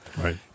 Right